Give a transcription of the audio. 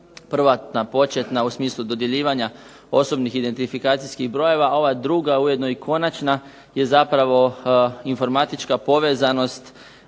prvotna, početna, u smislu dodjeljivanja osobnih identifikacijskih brojeva, a ova druga ujedno i konačna je zapravo informatička povezanost